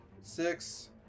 six